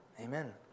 amen